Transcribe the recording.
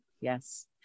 Yes